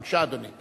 בבקשה, אדוני.